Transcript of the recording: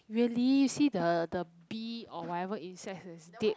really you see the the bee or whatever insect that's dead